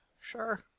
Sure